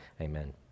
amen